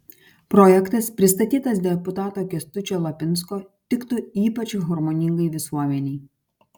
projektas pristatytas deputato kęstučio lapinsko tiktų ypač harmoningai visuomenei